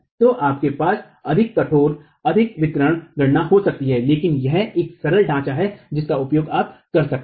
तो आपके पास अधिक कठोर अधिक विवरण गणना हो सकती है लेकिन यह एक सरल ढांचा है जिसका आप उपयोग कर सकते हैं